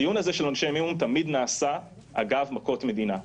הדיון הזה על עונשי מינימום תמיד נעשה אגב מכות מדינה,